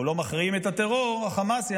אנחנו לא מכריעים את הטרור החמאסי,